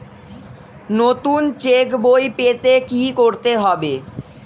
নতুন চেক বই পেতে কী করতে হবে?